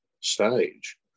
stage